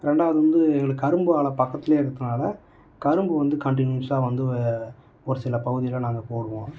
ரெண்டாவது வந்து எங்களுக்கு கரும்பு ஆலை பக்கத்துலேயே இருக்கிறதுனால கரும்பு வந்து கன்டினியூஸாக வந்து ஒரு சில பகுதியில் நாங்கள் போடுவோம்